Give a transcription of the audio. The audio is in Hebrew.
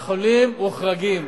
אדוני היושב-ראש, החולים מוחרגים.